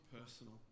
personal